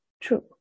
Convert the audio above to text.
true